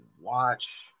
watch